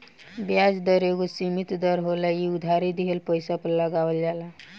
ब्याज दर एगो सीमित दर होला इ उधारी दिहल पइसा पर लगावल जाला